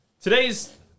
today's